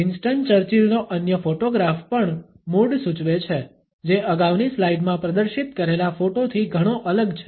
Winston ચર્ચિલનો અન્ય photograph પણ મૂડ સૂચવે છે જે અગાઉની સ્લાઇડમાં પ્રદર્શિત કરેલા ફોટોથી ઘણો અલગ છે